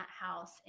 house